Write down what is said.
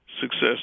success